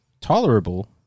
tolerable